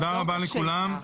אני מודה לכולם.